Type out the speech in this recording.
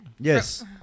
Yes